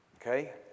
Okay